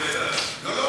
לאריכות ימים.